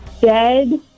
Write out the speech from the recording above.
Dead